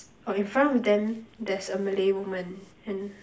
oh in front of them there's a Malay woman and